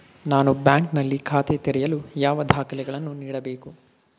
ನಾನು ಬ್ಯಾಂಕ್ ನಲ್ಲಿ ಖಾತೆ ತೆರೆಯಲು ಯಾವ ದಾಖಲೆಗಳನ್ನು ನೀಡಬೇಕು?